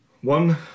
One